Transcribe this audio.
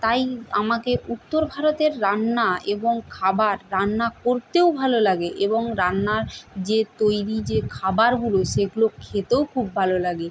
তাই আমাকে উত্তর ভারতের রান্না এবং খাবার রান্না করতেও ভালো লাগে এবং রান্নার যে তৈরি যে খাবারগুলো সেগুলো খেতেও খুব ভালো লাগে